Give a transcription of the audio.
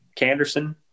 canderson